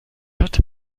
hat